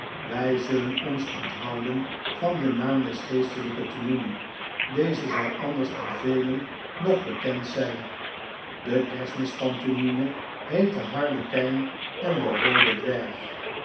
wij zullen ons onthouden van den naam des geestelijken te noemen deze zou anders aan velen nog bekend zijn de kerstmis pantomimc heette harlequin en de roode dwerg